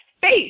face